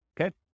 Okay